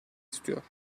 istiyor